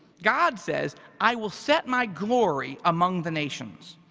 god says i will set my glory among the nations.